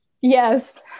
Yes